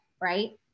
right